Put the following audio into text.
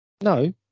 no